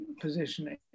positioning